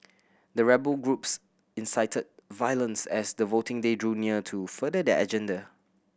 the rebel groups incited violence as the voting day drew near to further their agenda